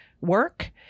work